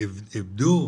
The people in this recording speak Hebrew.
איבדו